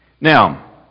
Now